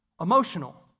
emotional